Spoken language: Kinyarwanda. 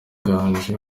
nganji